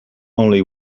only